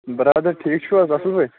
بَرادر ٹھیٖک چھُو حظ اَصٕل پٲٹھۍ